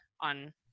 on